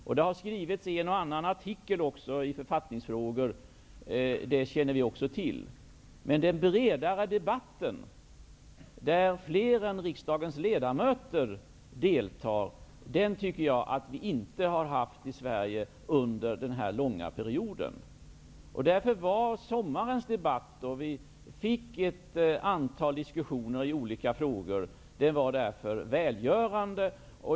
Det har även skrivits en och annan artikel i författningsfrågor, vilket vi också känner till. Men den bredare debatten, där fler än riksdagens ledamöter deltar, tycker jag att vi inte har haft i Sverige under denna långa period. Därför var sommarens debatt, då vi fick ett antal diskussioner i olika frågor, välgörande.